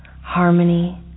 harmony